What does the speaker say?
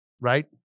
Right